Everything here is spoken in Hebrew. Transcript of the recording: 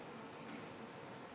ההצעה להעביר